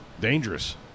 dangerous